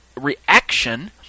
reaction